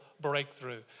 breakthrough